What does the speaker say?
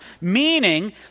meaning